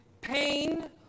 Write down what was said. pain